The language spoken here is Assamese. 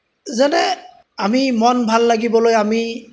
যেনে আমি মন ভাল লাগিবলৈ আমি